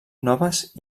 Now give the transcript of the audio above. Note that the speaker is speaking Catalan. noves